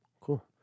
Cool